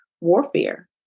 warfare